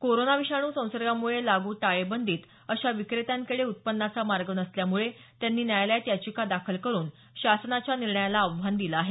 corona विषाणू संसर्गामुळे लागू टाळेबंदीत अशा विक्रेत्यांकडे उत्पन्नाचा मार्ग नसल्यामुळे त्यांनी न्यायालयात याचिका दाखल करून शासनाच्या निर्णयाला आव्हान दिलं आहे